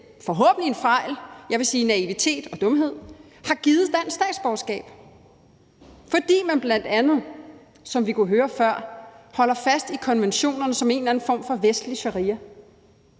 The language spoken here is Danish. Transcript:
forhåbentlig ved en fejl på grund af naivitet og dumhed, vil jeg sige – har givet dansk statsborgerskab, fordi man bl.a., som vi kunne høre før, holder fast i konventionerne som en eller anden form for vestlig sharia.